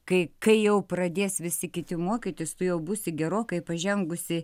kai kai jau pradės visi kiti mokytis tu jau būsi gerokai pažengusi